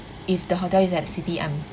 if the hotel is at the city I'm